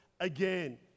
Again